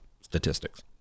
statistics